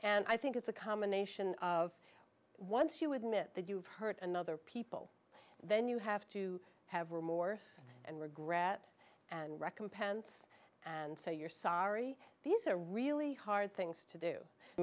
and i think it's a combination of once you admit that you've hurt another people then you have to have remorse and regret and recompense and say you're sorry these are really hard things to do i